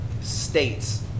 states